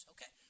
Okay